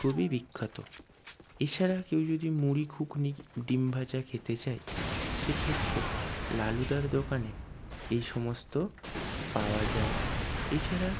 খুবই বিখ্যাত এছাড়া কেউ যদি মুড়ি ঘুগনি ডিম ভাজা খেতে চায় সে ক্ষেত্রে লালুদার দোকানে এই সমস্ত পাওয়া যায় এছাড়া